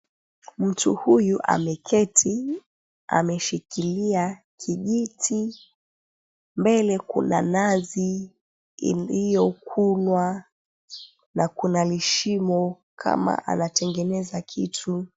Mtu huyu ameketi, ameshikilia kijiti. Mbele kuna nazi iliyokunwa na kuna lishimo kama anatengeneza kitu.